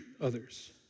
others